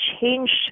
changed